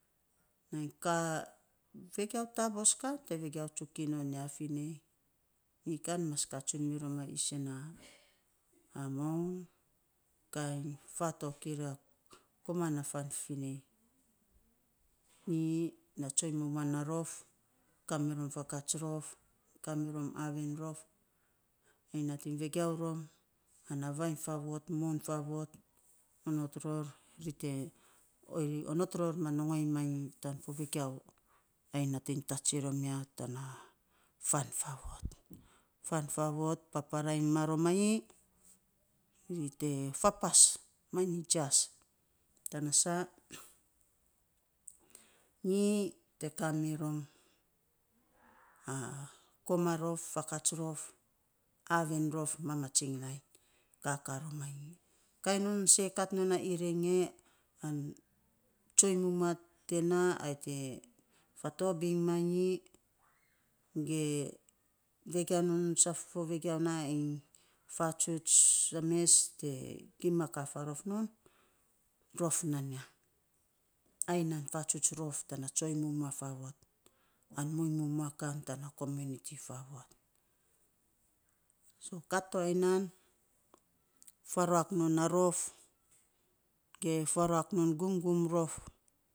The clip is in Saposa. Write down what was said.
vegiau taboos kan te vegiau tsuk iny non ya, finer nyi kan mas ka tsun mirom a isen na moun kainy faatok ir ra koman na fan finei, nyi na tsoiny mumua na rof, kamiron faakats rof, kamirom, aaven rof ainy vegiau rom, vainy faavot moun faavot ri onot ror ma nongoiny manyi, tan fo vegiau ainy nating tats romia tana fan faavot. Fan faavot paparaa iny maromanyi, ri te fapas manyi jias, tana saa, nyi te kamirom a koma rof, fakats rof, aaven rof, mamatsing nainy. Ri te fapas manyi jias tana saa, nyi te kamirom koma rof fakats rof aaven rof, mamatsing kakaa rom manyi kainon, see kat non a iring e, tsoiny mumua te naa ai te fatabing manyi, ge vegiau non saf fo vegiau na iny fatsuts a mes te gima kaa faarof non, rof nan ya, ai nan fatsuts rof tana tsoiny mumua faavot an muiny mumua kan tana kominiti favot. So kat ainy nan faruak non na rof, ge faruak non gumgum rof.